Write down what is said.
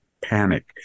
panic